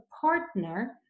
partner